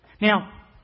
Now